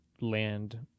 land